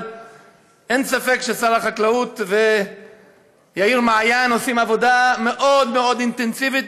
אבל אין ספק ששר החקלאות ויאיר מעיין עושים עבודה מאוד מאוד אינטנסיבית